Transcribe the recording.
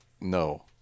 No